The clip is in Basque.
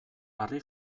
harri